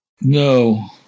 No